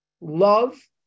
love